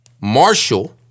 Marshall